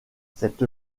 cette